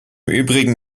übrigen